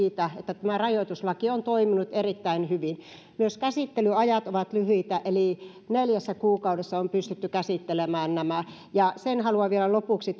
kertoo siitä että tämä rajoituslaki on toiminut erittäin hyvin myös käsittelyajat ovat lyhyitä eli neljässä kuukaudessa on pystytty käsittelemään nämä sen haluan vielä lopuksi